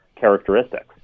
characteristics